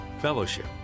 fellowship